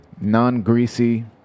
non-greasy